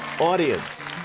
Audience